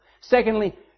Secondly